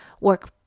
work